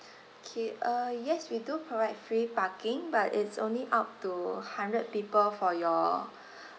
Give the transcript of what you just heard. okay uh yes we do provide free parking but it's only up to hundred people for your